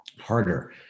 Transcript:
harder